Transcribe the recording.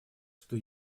что